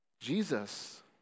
Jesus